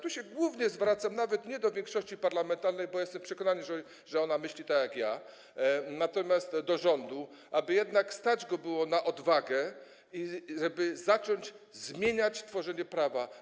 Tu się głównie zwracam nawet nie do większości parlamentarnej, bo jestem przekonany, że ona myśli tak jak ja, tylko do rządu, aby jednak stać go było na odwagę, żeby zacząć zmieniać tworzenie prawa.